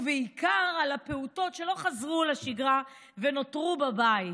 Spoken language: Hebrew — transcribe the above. ובעיקר על הפעוטות שלא חזרו לשגרה ונותרו בבית.